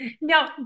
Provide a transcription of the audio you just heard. now